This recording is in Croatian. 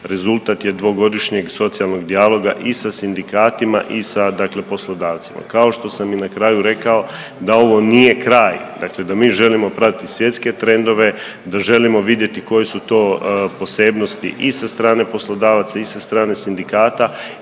rezultat je dvogodišnjeg socijalnog dijaloga i sa sindikatima i sa dakle poslodavcima. Kao što sam i na kraju rekao da ovo nije kraj, dakle da mi želimo pratiti svjetske trendove, da želimo vidjeti koje su to posebnosti i sa strane poslodavaca i sa strane sindikata